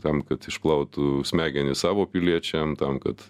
tam kad išplautų smegenis savo piliečiam tam kad